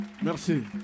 merci